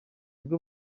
bwo